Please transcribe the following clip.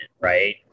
right